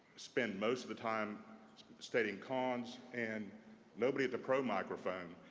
spend most of the time stating cons and nobody at the pro microphone.